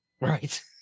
Right